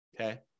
Okay